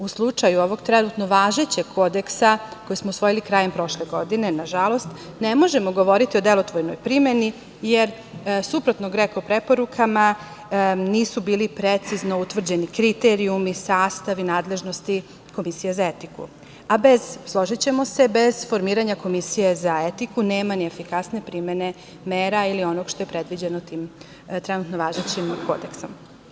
U slučaju ovog trenutno važećeg Kodeksa, koji smo usvojili prošle godine, nažalost, ne možemo govoriti o delotvornoj primeni, jer, suprotno GREKO preporukama, nisu bili precizno utvrđeni kriterijumu, sastav i nadležnosti komisije za etiku, a bez formiranja komisije za etiku nema ni efikasne primene mera ili onog što je predviđeno tim trenutno važećim Kodeksom.